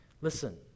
listen